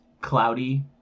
cloudy